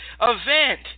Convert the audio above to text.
event